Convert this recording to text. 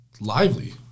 lively